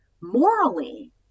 morally